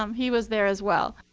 um he was there as well